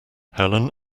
helen